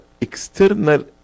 external